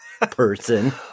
person